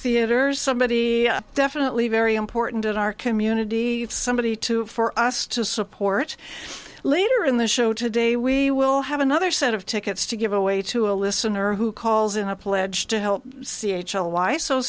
theatre somebody definitely very important at our community somebody to for us to support later in the show today we will have another set of tickets to give away to a listener who calls in a pledge to help